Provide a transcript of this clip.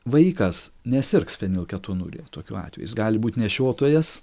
vaikas nesirgs fenilketonurija tokiu atveju jis gali būt nešiotojas